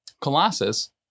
Colossus